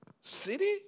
city